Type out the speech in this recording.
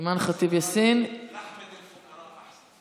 יצחק פינדרוס.